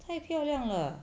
太漂亮了